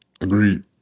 Agreed